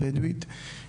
הבדואית.